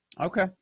Okay